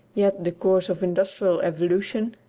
yet the course of industrial evolution,